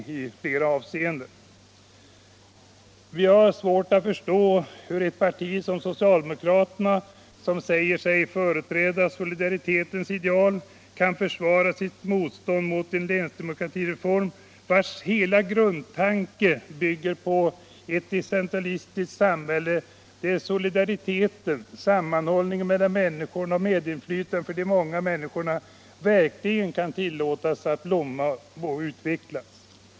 Vi har haft och vi har svårt att förstå hur ett parti, som säger sig företräda solidaritetens ideal, kan försvara sitt motstånd mot en länsdemokratireform, vars hela grundtanke är ett decentraliserat samhälle och där solidariteten, sammanhållningen mellan människor och medinflytandet för dessa många människor verkligen kan tillåtas att blomma.